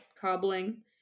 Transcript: cobbling